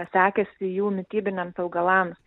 sekėsi jų mitybiniams augalams